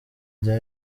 rya